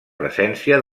presència